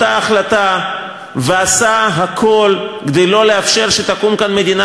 מי שאמר לא לאותה החלטה ועשה הכול כדי לא לאפשר שתקום כאן מדינה